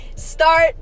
start